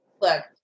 look